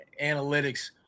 analytics